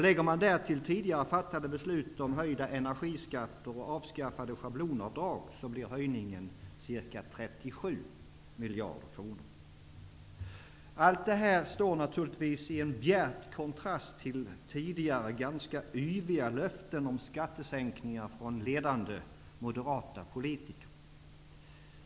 Lägger man därtill tidigare fattade beslut om höjda energiskatter och avskaffade schablonavdrag, blir höjningen ca 37 Allt detta står naturligtvis i bjärt kontrast till tidigare ganska yviga löften om skattesänkningar från ledande moderata politiker.